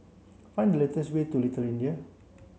find the latest way to Little